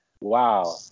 wow